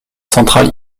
centrale